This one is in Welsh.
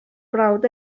brawd